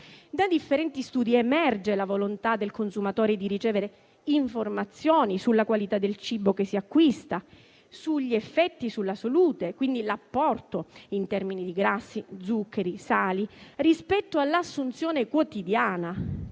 Da differenti studi emerge la volontà del consumatore di ricevere informazioni sulla qualità del cibo che si acquista, sugli effetti sulla salute, quindi sull'apporto in termini di grassi, zuccheri e sali rispetto all'assunzione quotidiana.